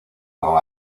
con